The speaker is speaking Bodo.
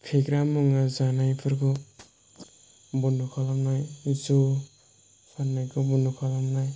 फेग्रा मुवा जानायफोरखौ बन्द' खालामनाय जौ फाननायखौ बन्द' खालामनाय